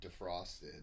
defrosted